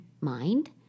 mind